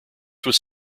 was